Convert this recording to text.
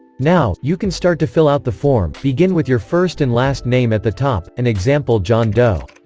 now, you can start to fill out the form begin with your first and last name at the top, an example john doe